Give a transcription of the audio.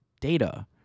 data